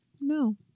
No